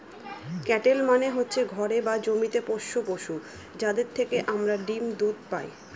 cattle মানে হচ্ছে ঘরে বা জমিতে পোষ্য পশু, যাদের থেকে আমরা ডিম দুধ পায়